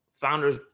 founders